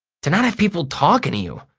to not have people talking to you,